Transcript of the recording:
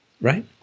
Right